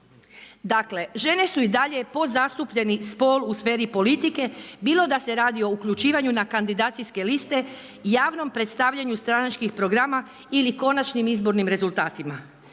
Dakle, žene su i dalje podzastupljeni spol u sferi politike bilo da se radi o uključivanju na kandidacijske liste, javnom predstavljanju stranačkih programa ili konačnim izbornim rezultatima.